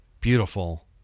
beautiful